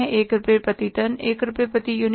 1 रुपये प्रति टन 1 रुपये प्रति इकाई